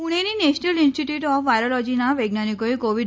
પૂણેની national institute of વાયરોલોજીના વૈજ્ઞાનિકોએ Covid